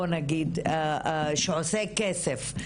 שעושה כסף.